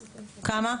כמה?